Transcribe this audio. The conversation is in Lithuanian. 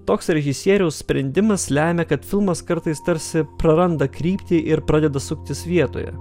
toks režisieriaus sprendimas lemia kad filmas kartais tarsi praranda kryptį ir pradeda suktis vietoje